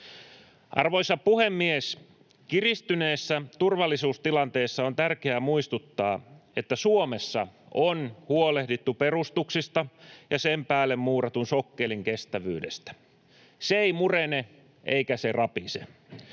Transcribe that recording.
Arvoisa puhemies! Kiristyneessä turvallisuustilanteessa on tärkeää muistuttaa, että Suomessa on huolehdittu perustuksista ja sen päälle muuratun sokkelin kestävyydestä. Se ei murene, eikä se rapise.